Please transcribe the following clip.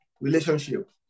relationship